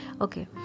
Okay